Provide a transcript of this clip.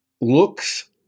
looks